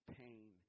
pain